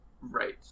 Right